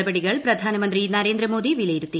നടപടികൾ പ്രധാനമന്ത്രി നരേന്ദ്രമോദി പ്രില്പ്യിരുത്തി